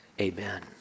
amen